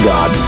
God